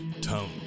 Tone